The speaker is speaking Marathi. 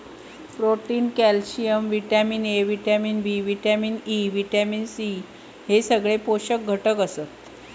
protein, calcium, vitamin A, vitamin B, vitamin E, vitamin C हे सगळे पोषक घटक आसत